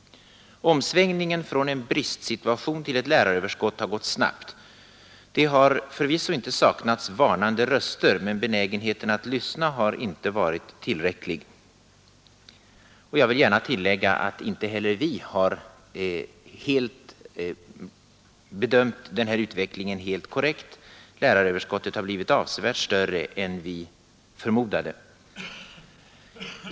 Omsvängningen från en bristsituation till ett läraröverskott har gått snabbt. Det har förvisso inte saknats manande röster, men benägenheten att lyssna har inte varit tillräcklig. Jag vill gärna tillägga att inte heller vi har bedömt den här utvecklingen helt korrekt; läraröverskottet har blivit avsevärt större än vi förmodade.